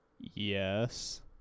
Yes